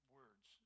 words